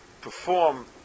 perform